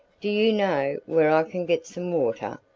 do you know where i can get some water?